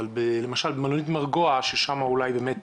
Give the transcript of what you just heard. אבל למשל במלונית "מרגוע" ששם אולי באמת